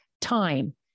time